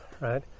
right